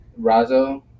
Razo